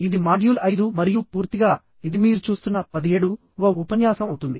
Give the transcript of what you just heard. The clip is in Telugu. ఇది మాడ్యూల్ 5 మరియు పూర్తిగా ఇది మీరు చూస్తున్న 17 వ ఉపన్యాసం అవుతుంది